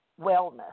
Wellness